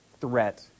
threat